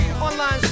online